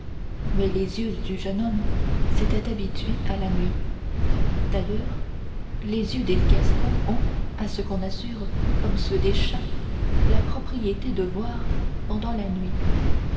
mais les yeux du jeune homme s'étaient habitués à la nuit d'ailleurs les yeux des gascons ont à ce qu'on assure comme ceux des chats la propriété de voir pendant la nuit